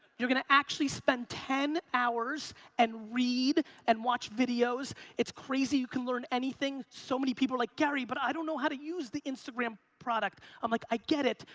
you're gonna actually spend ten hours and read and watch videos. it's crazy. you can learn anything. so many people are like, gary, but i don't know how to use the instagram product. i'm like, i get it.